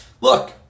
look